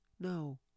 No